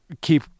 keep